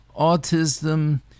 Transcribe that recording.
Autism